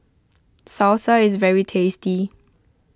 salsa is very tasty